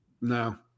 No